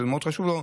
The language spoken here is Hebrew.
שזה מאוד חשוב לו,